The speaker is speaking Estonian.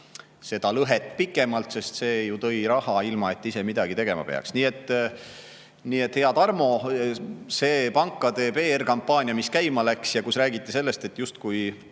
seda lõhet pikemalt, sest see ju tõi raha, ilma et ise midagi tegema oleks pidanud. Nii et, hea Tarmo, see pankade PR-kampaania, mis käima läks ja kus räägiti sellest, et justkui